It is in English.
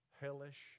hellish